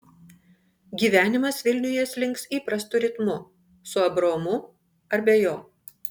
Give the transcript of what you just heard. gyvenimas vilniuje slinks įprastu ritmu su abraomu ar be jo